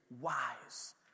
wise